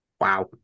Wow